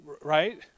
right